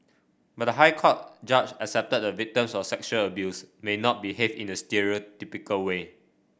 but the High Court judge accepted the victims of sexual abuse may not behave in a stereotypical way